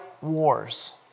wars